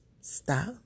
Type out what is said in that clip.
stop